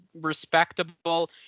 respectable